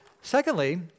Secondly